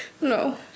No